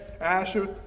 Asher